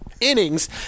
innings